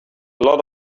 lot